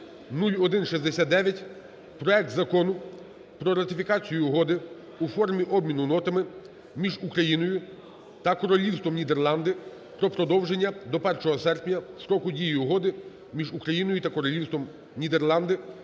0169. Проект Закону про ратифікацію Угоди (у формі обміну нотами) між Україною та Королівством Нідерланди про продовження до 1 серпня строку дії Угоди між Україною та Королівством Нідерланди